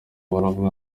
baravuga